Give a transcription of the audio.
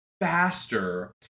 faster